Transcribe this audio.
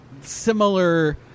similar